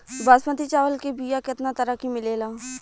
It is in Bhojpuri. बासमती चावल के बीया केतना तरह के मिलेला?